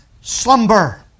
slumber